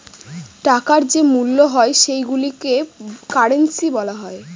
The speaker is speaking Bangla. টাকার যে মূল্য হয় সেইগুলোকে কারেন্সি বলা হয়